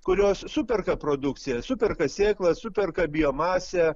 kurios superka produkciją superka sėklas superka biomasę